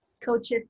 coaches